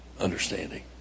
understanding